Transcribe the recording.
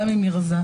גם אם היא רזה.